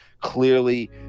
clearly